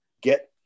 get